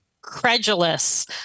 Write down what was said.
credulous